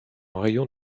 rayon